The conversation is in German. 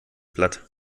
platt